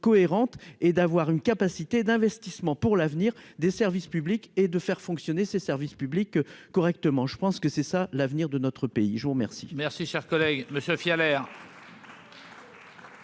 et d'avoir une capacité d'investissement pour l'avenir des services publics et de faire fonctionner ses services publics correctement, je pense que c'est ça l'avenir de notre pays, je vous remercie. Merci, cher collègue, le Sofia l'air.